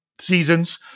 seasons